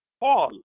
Paul